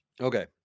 Okay